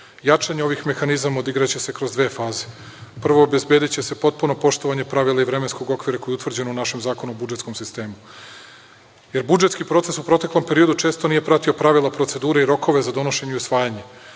Jačanje ovih mehanizama odigraće se kroz dve faze. Prvo, obezbediće se potpuno poštovanje pravila i vremenskog okvira koje je utvrđeno u našem Zakonu o budžetskom sistemu. Budžetski proces u proteklom periodu često nije pratio pravila procedure i rokove za donošenje i usvajanje.